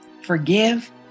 forgive